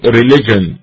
religion